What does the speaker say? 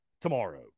tomorrow